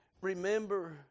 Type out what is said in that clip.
Remember